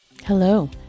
Hello